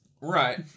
Right